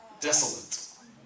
desolate